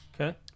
Okay